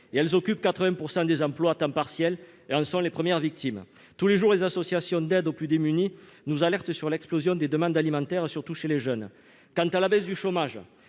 celles-ci occupent 80 % des emplois à temps partiel et en sont les premières victimes. Tous les jours, les associations d'aide aux plus démunis nous alertent sur l'explosion des demandes alimentaires, surtout chez les jeunes. Quant à la baisse du chômage,